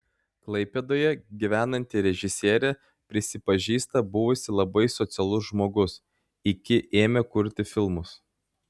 klaipėdoje gyvenanti režisierė prisipažįsta buvusi labai socialus žmogus iki ėmė kurti filmus